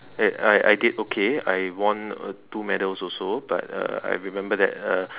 uh I I did okay I won uh two medals also but uh I remember that uh the